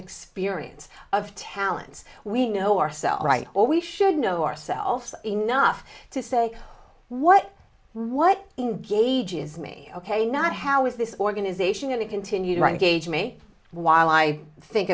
experience of talents we know ourselves right or we should know ourselves enough to say what what engages me ok not how is this organization and it continued right gauge me while i think